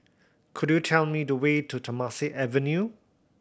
could you tell me the way to Temasek Avenue